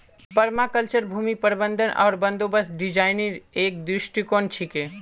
permaculture भूमि प्रबंधन आर बंदोबस्त डिजाइनेर एक दृष्टिकोण छिके